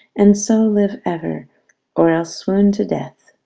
and so live ever or else swoon to death.